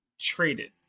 traded